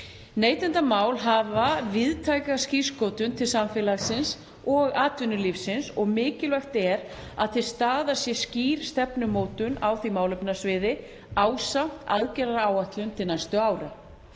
Neytendamál hafa víðtæka skírskotun til samfélagsins og atvinnulífsins og mikilvægt er að til staðar sé skýr stefnumótun á því málefnasviði ásamt aðgerðaáætlun til næstu ára.